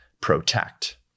protect